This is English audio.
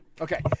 Okay